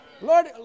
Lord